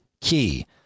key